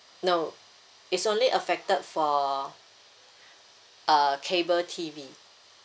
no it's only affected for uh cable T_V